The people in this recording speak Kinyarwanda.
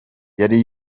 yari